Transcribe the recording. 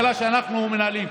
הממשלה שאנחנו מנהלים.